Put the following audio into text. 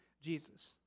Jesus